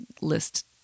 list